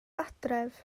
adref